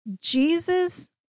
Jesus